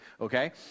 okay